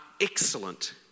excellent